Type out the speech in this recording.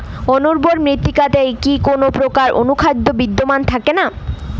অনুর্বর মৃত্তিকাতে কি কোনো প্রকার অনুখাদ্য বিদ্যমান থাকে না?